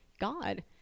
God